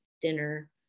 dinner